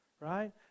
right